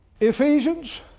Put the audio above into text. Ephesians